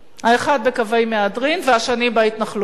האחד בקווי מהדרין והשני בהתנחלויות.